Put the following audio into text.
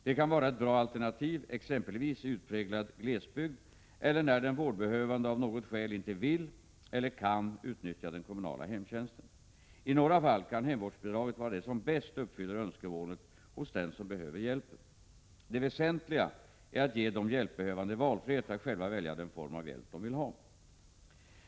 Detta kan vara ett bra alternativ exempelvis i utpräglad glesbygd eller när den vårdbehövande av något skäl inte vill eller kan utnyttja den kommunala hemtjänsten. I några fall kan hemvårdsbidraget vara det som bäst uppfyller önskemålen hos den som behöver hjälpen. Det väsentliga är att ge de hjälpbehövande valfrihet att själva välja den form av hjälp de vill ha.